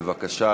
בבקשה,